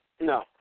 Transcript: No